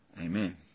Amen